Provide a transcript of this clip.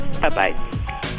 Bye-bye